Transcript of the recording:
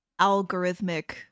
algorithmic